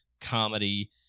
comedy